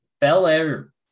bel-air